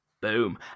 Boom